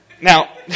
Now